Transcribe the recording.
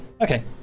Okay